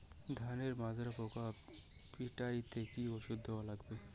ধানের মাজরা পোকা পিটাইতে কি ওষুধ দেওয়া লাগবে?